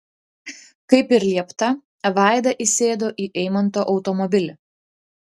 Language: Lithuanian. kaip ir liepta vaida įsėdo į eimanto automobilį